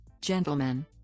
gentlemen